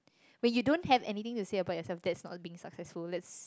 when you don't have anything to say about yourself that's not being successful lets